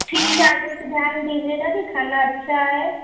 ठीक है आगे से ध्यान दीजिएगा की खाना अच्छा आए